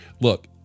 look